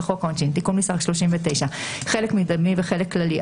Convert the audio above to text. חוק העונשין (תיקון מס' 39) (חלק מקדמי וחלק כללי),